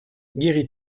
guéris